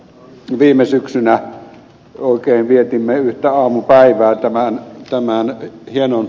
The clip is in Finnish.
viime syksynä oikein vietimme yhtä aamupäivää tämän tämä on hieno